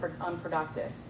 unproductive